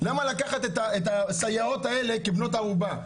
למה לקחת את הסייעות האלה כבנות ערובה?